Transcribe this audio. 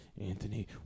Anthony